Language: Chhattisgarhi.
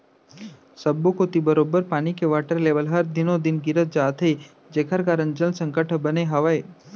सब्बो कोती बरोबर पानी के वाटर लेबल हर दिनों दिन गिरत जात हे जेकर कारन जल संकट ह बने हावय